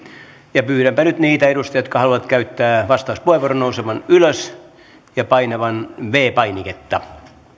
ja pyydänpä nyt niitä edustajia jotka haluavat käyttää vastauspuheenvuoron nousemaan ylös ja painamaan viides painiketta